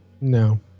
no